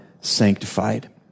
sanctified